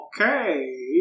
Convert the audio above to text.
Okay